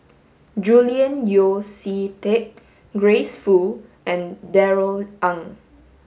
Julian Yeo See Teck Grace Fu and Darrell Ang